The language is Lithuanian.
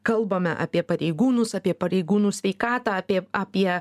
kalbame apie pareigūnus apie pareigūnų sveikatą apie apie